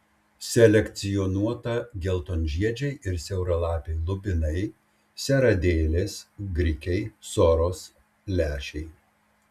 selekcionuota geltonžiedžiai ir siauralapiai lubinai seradėlės grikiai soros lęšiai